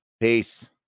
Peace